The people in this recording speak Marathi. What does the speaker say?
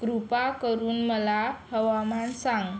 कृपा करून मला हवामान सांग